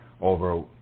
over